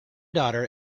daughter